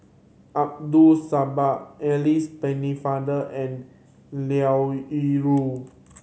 Abdul Samad Alice Pennefather and Liao Yingru